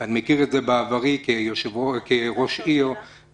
אני מכיר את זה מעברי כראש עירייה